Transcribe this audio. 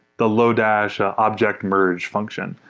the lodash object merge function.